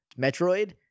Metroid